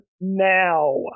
now